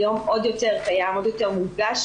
היום עוד יותר קיים ועוד יותר מורגש,